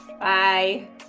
Bye